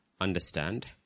understand